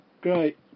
Great